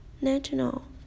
National